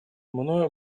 мною